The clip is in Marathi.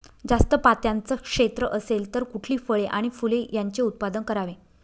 जास्त पात्याचं क्षेत्र असेल तर कुठली फळे आणि फूले यांचे उत्पादन करावे?